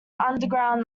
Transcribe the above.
underground